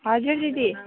हजुर दिदी